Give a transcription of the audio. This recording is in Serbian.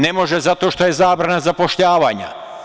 Ne može, zato što je zabrana zapošljavanja.